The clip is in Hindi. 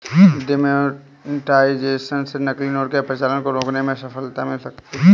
डिमोनेटाइजेशन से नकली नोट के प्रचलन को रोकने में सफलता मिल सकती है